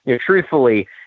truthfully